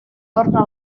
torna